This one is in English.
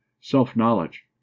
self-knowledge